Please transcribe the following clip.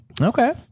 Okay